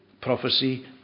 prophecy